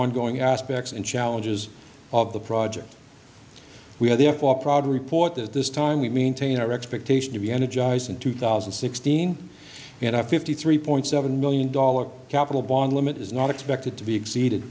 ongoing aspects and challenges of the project we are therefore proud report that this time we maintain our expectation to be energized in two thousand and sixteen fifty three point seven million dollars capital limit is not expected to be exceeded